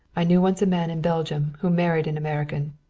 i knew once a man in belgium who married an american.